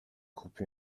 groupe